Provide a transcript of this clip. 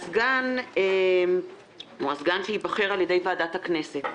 הסגן הוא הסגן שייבחר על-ידי ועדת הכנסת.